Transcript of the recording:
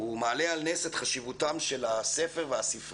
הוא מעלה על נס את חשיבותם של הספר והספרייה.